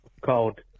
called